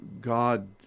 God